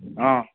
অঁ